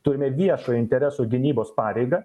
turime viešojo intereso gynybos pareigą